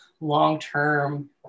long-term